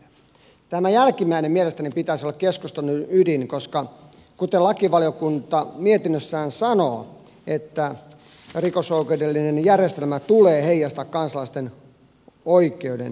tämän jälkimmäisen mielestäni pitäisi olla keskustelun ydin koska kuten lakivaliokunta mietinnössään sanoo rikosoikeudellisen järjestelmän tulee heijastaa kansalaisten oikeudentajua